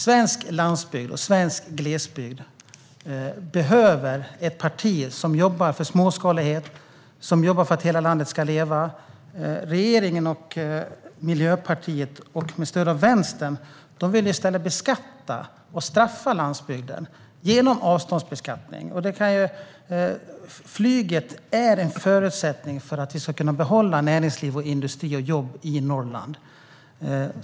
Svensk landsbygd och svensk glesbygd behöver ett parti som jobbar för småskalighet, som jobbar för att hela landet ska leva. Regeringen och Miljöpartiet med stöd av Vänstern vill i stället beskatta och straffa landsbygden genom avståndsbeskattning. Flyget är en förutsättning för att vi ska kunna behålla näringsliv, industri och jobb i Norrland.